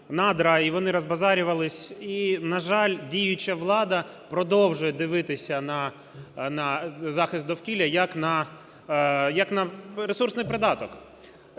і вони розбазарювалися. І, на жаль, діюча влада продовжує дивитися на захист довкілля як на ресурсний придаток.